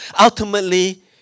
ultimately